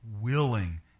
willing